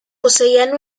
poseían